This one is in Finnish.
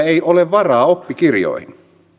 ei ole varaa oppikirjoihin